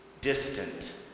distant